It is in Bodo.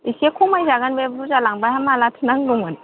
एसे खमायजागोन बे बुरजा लांबा हा माब्लाथो नांगौमोन